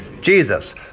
Jesus